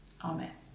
Amen